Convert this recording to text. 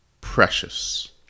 precious